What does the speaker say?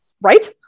Right